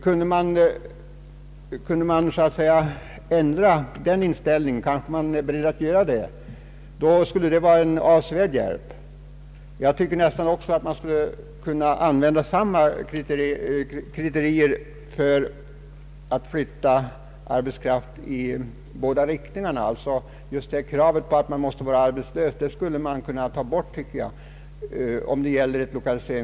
Kunde man ändra den inställningen — och kanske är man beredd att göra det — så att yrkesutbildad arbetskraft i allmänhet kan få flyttningsstöd, skulle det vara en avsevärd hjälp. Jag tycker också att man borde kunna tillämpa samma kriterier för hjälp till flyttning av arbetskraft i båda riktningarna — kravet att vederbörande skall vara arbetslös borde enligt min mening tas bort, om det gäller ett 1lokaliseringsföretag.